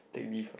take leave ah